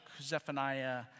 Zephaniah